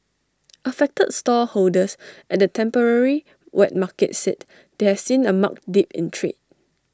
affected stallholders at the temporary wet market said they have seen A marked dip in trade